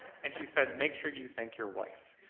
and she said, make sure you thank your wife.